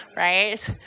right